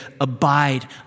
abide